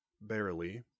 barely